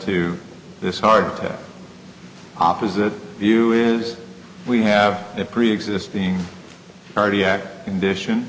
to this heart attack opposite view is we have a preexisting cardiac condition